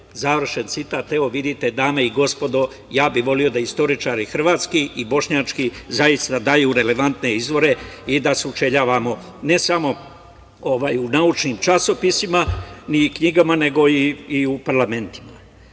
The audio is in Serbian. završen citat. Vidite, dame i gospodo, ja bi voleo da istoričari hrvatski i bošnjački zaista daju relevantne izbore i da sučeljavamo, ne samo u naučnim časopisima, ni knjigama, nego i u parlamentima. Da